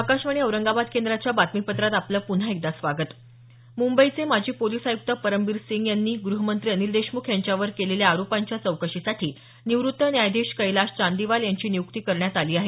आकाशवाणी औरंगाबाद केंद्राच्या बातमीपत्रात आपलं पुन्हा एकदा स्वागत मुंबईचे माजी पोलिस आयुक्त परमबीर सिंग यांनी गुहमंत्री अनिल देशमुख यांच्यावर केलेल्या आरोपांच्या चौकशीसाठी निवृत्त न्यायाधीश कैलाश चांदीवाल यांची नियुक्ती करण्यात आली आहे